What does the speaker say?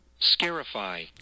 Scarify